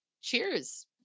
cheers